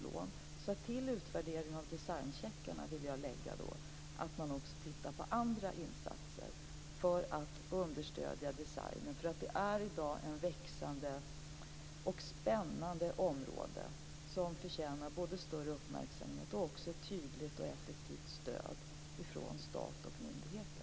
Därför vill jag till utvärdering av designcheckarna lägga att man också tittar på andra insatser för att understödja designen, därför att det i dag är ett växande och spännande område som förtjänar både större uppmärksamhet och också ett tydligt och effektivt stöd från stat och myndigheter.